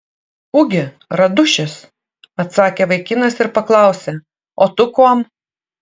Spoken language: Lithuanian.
ugi radušis atsakė vaikinas ir paklausė o tu kuom